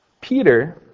Peter